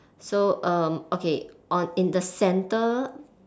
so um okay on in the centre